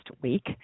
week